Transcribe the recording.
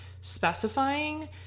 specifying